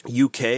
UK